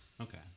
Okay